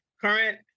current